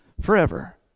forever